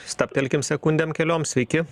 stabtelkim sekundėm kelioms sveiki